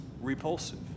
repulsive